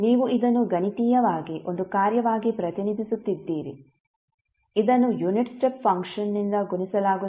ನೀವು ಇದನ್ನು ಗಣಿತೀಯವಾಗಿ ಒಂದು ಕಾರ್ಯವಾಗಿ ಪ್ರತಿನಿಧಿಸುತ್ತಿದ್ದೀರಿ ಇದನ್ನು ಯುನಿಟ್ ಸ್ಟೆಪ್ ಫಂಕ್ಷನ್ನಿಂದ ಗುಣಿಸಲಾಗುತ್ತದೆ